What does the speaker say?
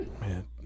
Man